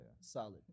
solid